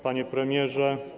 Panie Premierze!